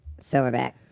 Silverback